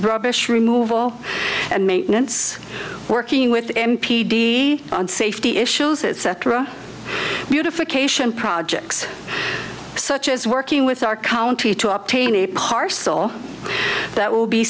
rubbish removal and maintenance working with m p d and safety issues etc beautification projects such as working with our county to obtain a parcel that will be